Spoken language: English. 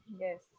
Yes